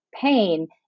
pain